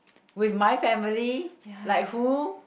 with my family like who